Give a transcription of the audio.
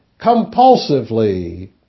compulsively